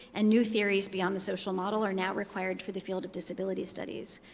and new theories beyond the social model are now required for the field of disability studies.